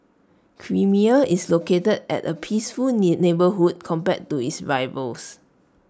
creamier is located at A peaceful neighbourhood compared to its rivals